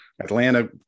Atlanta